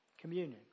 Communion